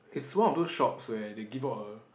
it's one of those shops where they give out a